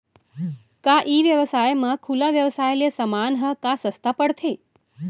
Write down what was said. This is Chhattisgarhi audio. का ई व्यवसाय म खुला व्यवसाय ले समान ह का सस्ता पढ़थे?